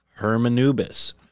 Hermanubis